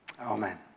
Amen